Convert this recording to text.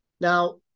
Now